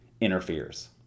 interferes